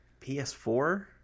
PS4